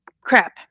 Crap